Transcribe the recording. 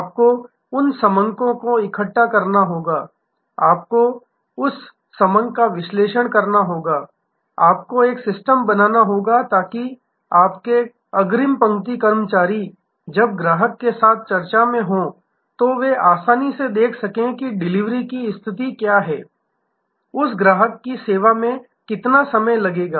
आपको उन समंको को इकट्ठा करना होगा आपको उस समंक का विश्लेषण करना होगा आपको एक सिस्टम बनाना होगा ताकि आपके अग्रिम पंक्ति कर्मचारी जब ग्राहक के साथ चर्चा में हों तो वे आसानी से देख सकें कि डिलीवरी की स्थिति क्या है उस ग्राहक की सेवा में कितना समय लगेगा